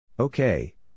Okay